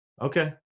okay